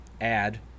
add